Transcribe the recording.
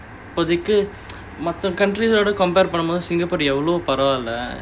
இப்போதிக்கி மதன்:ippothikki mathan countries ஓட:oda compare பண்ணும்போது:pannumpothu singapore எவ்ளோவோ பரவால்ல:evlovo paravaalla